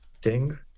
Ding